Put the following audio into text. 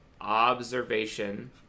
observation